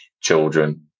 children